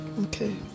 Okay